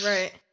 Right